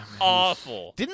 awful